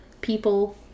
people